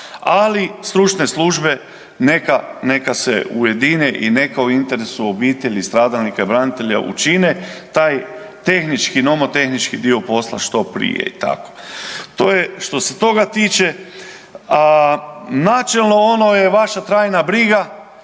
ali stručne službe neka, neka se ujedine i neka u interesu obitelji stradalnika, branitelja učine taj tehnički nomotehnički dio posla što prije i tako. To je što se toga tiče načelno ono je vaša trajna briga,